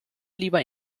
lieber